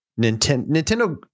Nintendo